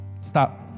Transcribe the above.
Stop